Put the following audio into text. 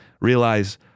realize